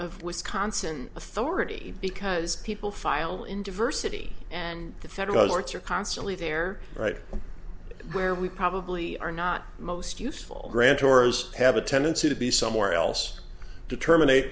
of wisconsin authority because people file in diversity and the federal courts are constantly there right where we probably are not most useful grand jurors have a tendency to be somewhere else to terminate